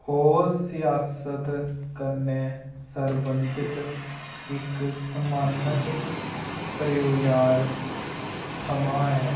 ओह् सियासत कन्नै सरबंधत इक सम्मानत परेओआर थमां ऐ